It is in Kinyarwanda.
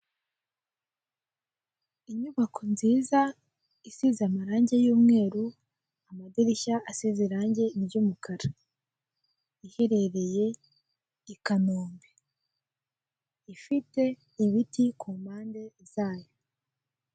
Inyubako nziza isize amarangi y'umweru amadirishya asize irange ry'umukara iherereye i Kanombe ifite ibiti ku mpande zayo.